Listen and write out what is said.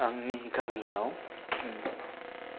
आंनि गामियाव